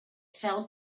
fell